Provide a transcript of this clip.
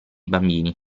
bambini